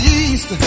east